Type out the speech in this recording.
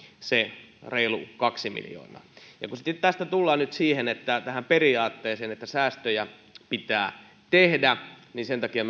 se reilu kaksi miljoonaa ja kun tässä tullaan nyt tähän periaatteeseen että säästöjä pitää tehdä sen takia